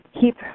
keep